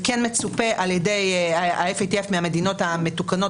זה כן מצופה על ידי ה-FATF מהמדינות המותקנות